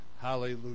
Hallelujah